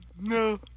no